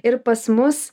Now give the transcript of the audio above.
ir pas mus